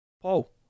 Paul